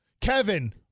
Kevin